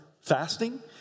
fasting